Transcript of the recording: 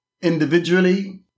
Individually